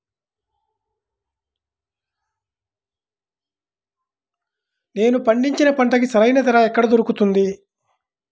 నేను పండించిన పంటకి సరైన ధర ఎక్కడ దొరుకుతుంది?